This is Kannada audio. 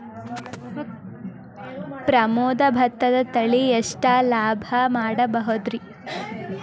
ಪ್ರಮೋದ ಭತ್ತದ ತಳಿ ಎಷ್ಟ ಲಾಭಾ ಮಾಡಬಹುದ್ರಿ?